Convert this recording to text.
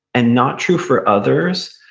and not true for others.